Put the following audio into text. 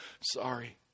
sorry